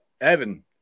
Evan